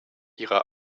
ihrer